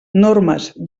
normes